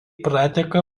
prateka